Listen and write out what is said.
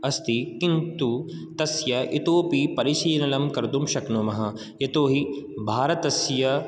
अस्ति किन्तु तस्य इतोऽपि परिशीलनं कर्तुं शक्नुमः यतोहि भारतस्य